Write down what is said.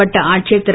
மாவட்ட ஆட்சியர் திரு